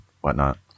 whatnot